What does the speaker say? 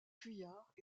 fuyards